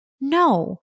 no